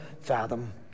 fathom